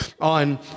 on